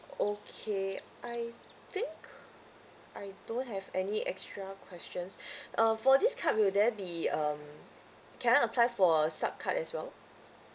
okay I think I don't have any extra questions um for this card will there be um can I apply for a sub card as well